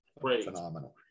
Phenomenal